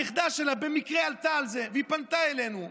הנכדה שלה במקרה גילתה את זה, והיא פנתה אלינו.